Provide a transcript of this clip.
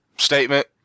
Statement